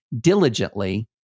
diligently